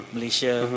Malaysia